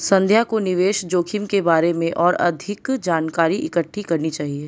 संध्या को निवेश जोखिम के बारे में और अधिक जानकारी इकट्ठी करनी चाहिए